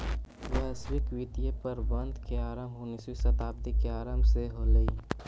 वैश्विक वित्तीय प्रबंधन के आरंभ उन्नीसवीं शताब्दी के आरंभ से होलइ